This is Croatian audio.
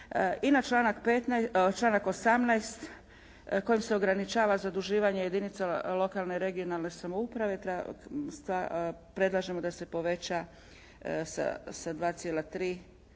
I na članak 18. kojim se ograničava zaduživanje jedinica lokalne i regionalne samouprave, predlažemo da se poveća sa 2,3%